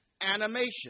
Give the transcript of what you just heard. animation